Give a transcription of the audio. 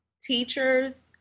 teachers